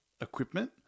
equipment